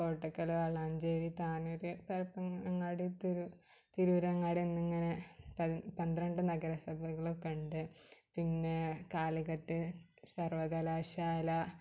കോട്ടയ്ക്കൽ വളാഞ്ചേരി താനൂർ പരപ്പനങ്ങാടി തിരൂരങ്ങാടി എന്നിങ്ങനെ പതി പന്ത്രണ്ട് നഗരസഭകളൊക്കെ ഉണ്ട് പിന്നെ കാലിക്കട്ട് സർവ്വകലാശാല